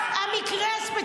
מירב.